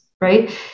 right